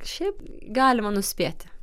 šiaip galima nuspėti